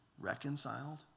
reconciled